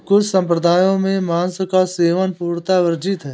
कुछ सम्प्रदायों में मांस का सेवन पूर्णतः वर्जित है